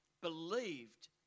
believed